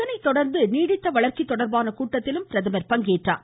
அதனை தொடர்ந்து நீடித்த வளர்ச்சி தொடர்பான கூட்டத்திலும் பிரதமர் பங்கேற்றார்